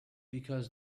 because